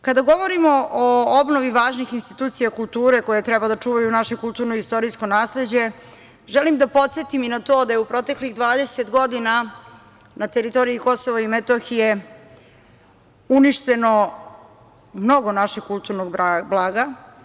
Kada govorimo o obnovi važnih institucija kulture koje treba da čuvaju naše kulturno i istorijsko nasleđe, želim da podsetim i na to da je u proteklih 20 godina na teritoriji Kosova i Metohije uništeno mnogo našeg kulturnog blaga.